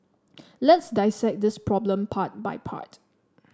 let's dissect this problem part by part